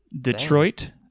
Detroit